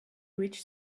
rich